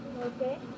Okay